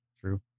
True